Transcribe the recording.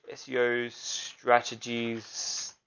ah seo strategies